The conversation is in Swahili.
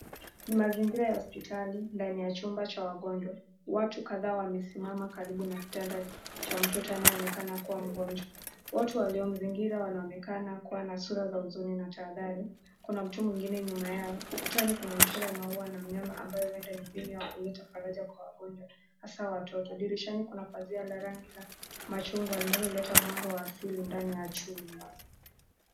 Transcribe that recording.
Ni mazingira ya hospitali ndani ya chumba cha wagonjwa. Watu kadhaa wamesimama karibu na kitanda cha mtoto anayeonekana kuwa mgonjwa. Watu waliomzingira wanaonekana kuwa na sura za huzuni na tahadhali. Kuna mtu mwingine nyuma yao, ukutani kuna mchoro ya maua na mnyama ambayo huenda ni mbinu ya kuleta faraja kwa wagonjwa hasa watoto. Dirishani kuna pazia la rangi la machungwa linaloleta mwanga wa asili ndani la chumba.